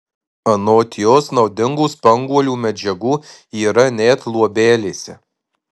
anot jos naudingų spanguolių medžiagų yra net luobelėse